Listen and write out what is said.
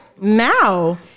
now